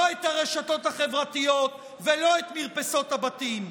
לא את הרשתות החברתיות ולא את מרפסות הבתים.